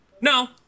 No